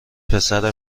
پسر